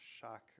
shock